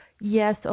yes